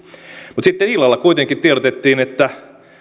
mutta sitten illalla kuitenkin tiedotettiin että